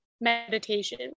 meditation